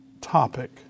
topic